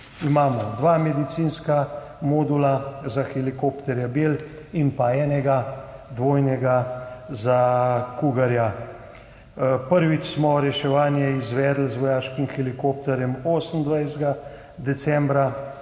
Imamo dva medicinska modula za helikopterje Bell in enega dvojnega za Cougar. Prvič smo reševanje izvedli z vojaškim helikopterjem 28. decembra,